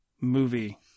movie